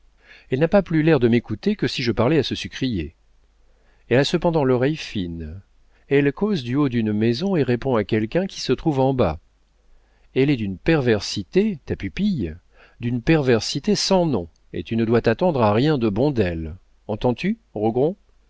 elle n'a pas plus l'air de m'écouter que si je parlais à ce sucrier elle a cependant l'oreille fine elle cause du haut d'une maison et répond à quelqu'un qui se trouve en bas elle est d'une perversité ta pupille d'une perversité sans nom et tu ne dois t'attendre à rien de bon d'elle entends-tu rogron